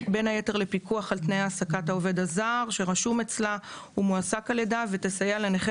פיקוח על תנאי העסקת העובד הזר שרשום אצלה; סיוע לנכה